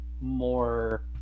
more